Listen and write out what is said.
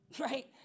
right